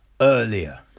earlier